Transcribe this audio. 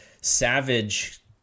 Savage